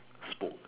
spoke